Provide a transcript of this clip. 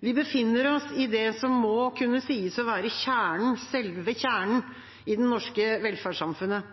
Vi befinner oss i det som må kunne sies å være selve kjernen i det norske velferdssamfunnet.